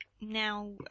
now